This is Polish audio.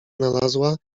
znalazła